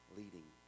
leading